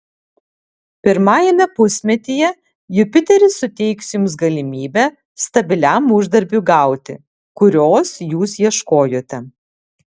pirmajame pusmetyje jupiteris suteiks jums galimybę stabiliam uždarbiui gauti kurios jūs ieškojote